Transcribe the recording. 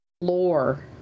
lore